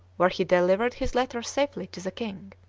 where he delivered his letters safely to the king.